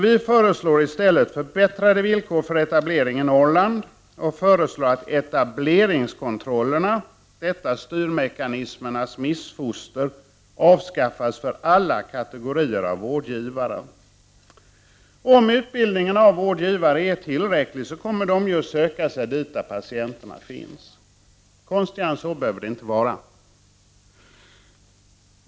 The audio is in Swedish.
Vi föreslår i stället förbättrade villkor för etablering i Norrland och föreslår att etableringskontrollerna, detta styrmekanismernas missfoster, avskaf fas för alla kategorier av vårdgivare. Om utbildningen av vårdgivare är tillräcklig kommer vårdgivarna att söka sig dit där patienterna finns. Konstigare än så behöver det inte vara.